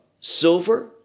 silver